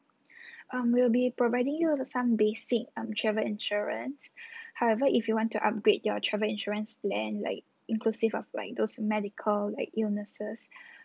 um we'll be providing you with some basic um travel insurance however if you want to upgrade your travel insurance plan like inclusive of like those medical like illnesses